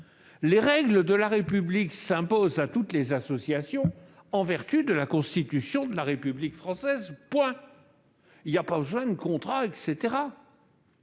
Les règles de la République s'imposent donc à toutes les associations en vertu de la Constitution de la République française. Point ! Nous n'avons pas besoin de contrats.